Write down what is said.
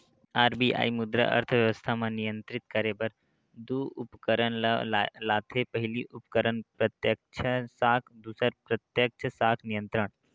RBI मुद्रा अर्थबेवस्था म नियंत्रित करे बर दू उपकरन ल लाथे पहिली उपकरन अप्रत्यक्छ साख दूसर प्रत्यक्छ साख नियंत्रन